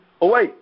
away